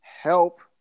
help